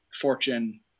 fortune